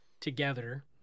together